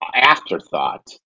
afterthought